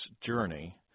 journey